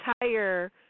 entire